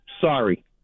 Sorry